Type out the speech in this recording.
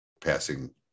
passing